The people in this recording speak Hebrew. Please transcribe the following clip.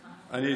בבקשה, אדוני.